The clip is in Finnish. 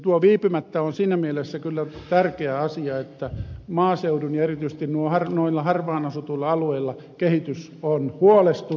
tuo viipymättä on siinä mielessä kyllä tärkeä asia että maaseudun ja erityisesti noilla harvaanasutuilla alueilla kehitys on huolestuttava